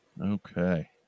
okay